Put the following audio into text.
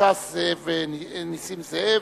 ש"ס, נסים זאב,